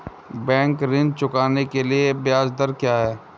Bank ऋण चुकाने के लिए ब्याज दर क्या है?